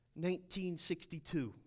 1962